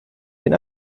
den